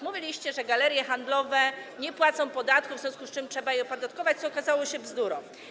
Mówiliście, że galerie handlowe nie płacą podatków, w związku z czym trzeba je opodatkować, co okazało się bzdurą.